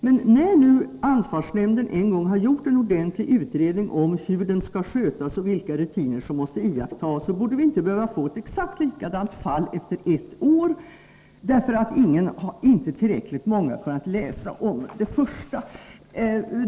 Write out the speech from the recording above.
Men när nu ansvarsnämnden en gång har gjort en ordentlig utredning om hur torken skall skötas och vilka rutiner som måste iakttagas, borde vi inte behöva få ett exakt likadant fall efter ett år, därför att tillräckligt många inte har kunnat läsa om det första fallet.